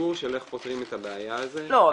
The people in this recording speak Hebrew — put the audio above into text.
הסיפור של איך פותרים את הבעיה הזאת -- לא,